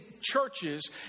churches